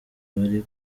bari